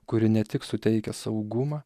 kuri ne tik suteikia saugumą